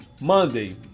Monday